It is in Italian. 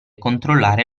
controllare